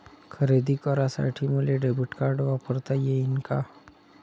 खरेदी करासाठी मले डेबिट कार्ड वापरता येईन का?